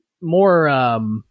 more